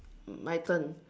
my turn